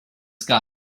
sky